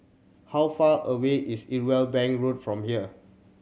how far away is Irwell Bank Road from here